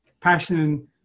passion